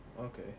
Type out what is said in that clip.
Okay